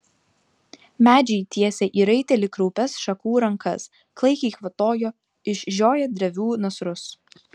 medžiai tiesė į raitelį kraupias šakų rankas klaikiai kvatojo išžioję drevių nasrus